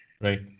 Right